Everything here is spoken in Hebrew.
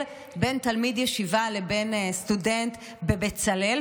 בין תלמיד ישיבה לבין סטודנט בבצלאל,